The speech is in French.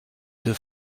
deux